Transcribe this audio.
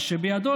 ושבידו,